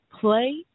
play